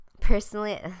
personally